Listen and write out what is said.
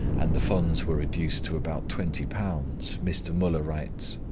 and the funds were reduced to about twenty pounds, mr. muller writes